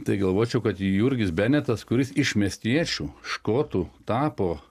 tai galvočiau kad jurgis benetas kuris iš miestiečių škotų tapo